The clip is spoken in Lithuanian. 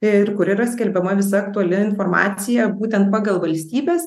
ir kur yra skelbiama visa aktuali informacija būtent pagal valstybes